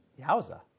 Yowza